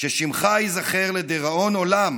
ששמך ייזכר לדיראון עולם